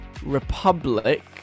Republic